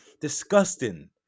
Disgusting